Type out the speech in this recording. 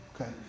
Okay